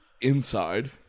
inside